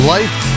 Life